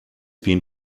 been